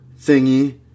thingy